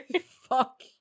Fuck